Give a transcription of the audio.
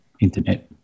internet